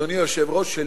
אדוני היושב-ראש,